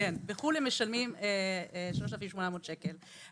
בחו"ל הם משלמים 3,800 שקל.